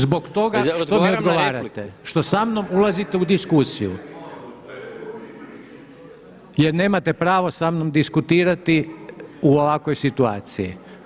Zbog toga što ne odgovarate, što samnom ulazite u diskusiju. … [[Upadica se ne čuje.]] Jer nemate pravo samnom diskutirati u ovakvoj situaciji.